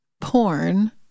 porn